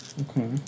Okay